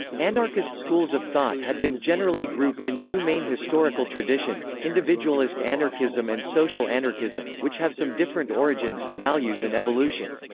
anarchist schools of thought had been generally grouped in two main historical traditions, individualist anarchism and social anarchism, which have some different origins, values and evolution.